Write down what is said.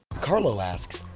carlo asks,